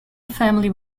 family